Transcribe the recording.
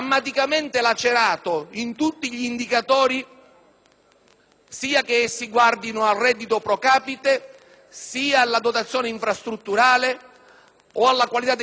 sia che essi guardino al reddito *pro capite*, alla dotazione infrastrutturale, alla qualità dei servizi o al numero delle imprese che agiscono nel territorio.